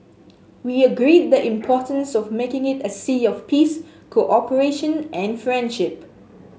we agreed the importance of making it a sea of peace cooperation and friendship